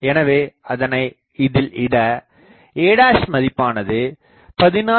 எனவே அதனை இதில் இட a மதிப்பானது16